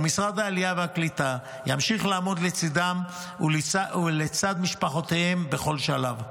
ומשרד העלייה והקליטה ימשיך לעמוד לצידם ולצד משפחותיהם בכל שלב.